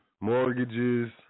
mortgages